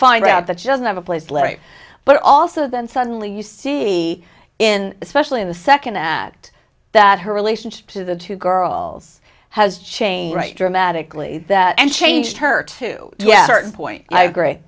find out that she doesn't have a place larry but also then suddenly you see in especially in the second act that her relationship to the two girls has changed dramatically and changed her to get hurt point i agree